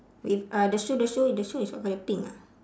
with uh the shoe the shoe the shoe is what colour pink ah